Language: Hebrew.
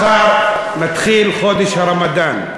מחר מתחיל חודש הרמדאן.